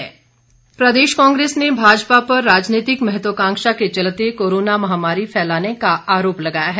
कांग्रेस प्रदेश कांग्रेस ने भाजपा पर राजनीतिक महत्वकांक्षा के चलते कोरोना महामारी फैलाने के आरोप लगाए हैं